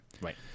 Right